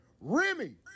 Remy